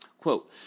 Quote